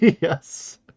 Yes